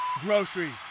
groceries